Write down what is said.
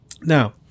Now